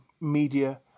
media